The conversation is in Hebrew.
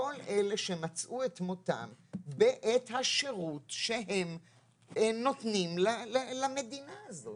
כל אלה שמצאו את מותם בעת השירות שהם נותנים למדינה הזאת.